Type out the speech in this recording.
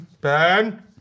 Ben